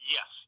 Yes